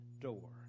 door